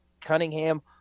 Cunningham